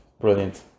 Brilliant